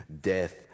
death